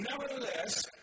Nevertheless